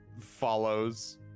follows